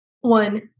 One